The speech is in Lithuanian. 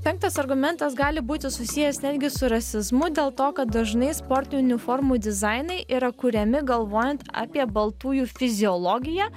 penktas argumentas gali būti susijęs netgi su rasizmu dėl to kad dažnai sportinių uniformų dizainai yra kuriami galvojant apie baltųjų fiziologiją